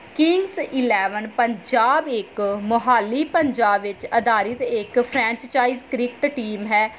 Kings Eleven Punjab ਇੱਕ ਮੋਹਾਲੀ ਪੰਜਾਬ ਵਿੱਚ ਅਧਾਰਿਤ ਇੱਕ ਫਰੈਂਚਾਈਜ ਕ੍ਰਿਕਟ ਟੀਮ ਹੈ